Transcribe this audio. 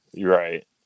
Right